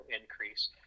increase